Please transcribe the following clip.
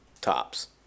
tops